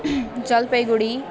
Jalpaiguri